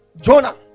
Jonah